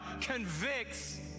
convicts